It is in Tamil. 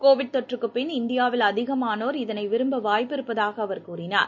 கோவிட் தொற்றுக்குப் பின் இந்தியாவில் அதிகமானோர் இதனை விரும்ப வாய்ப்பிருப்பதாக அவர் கூறினார்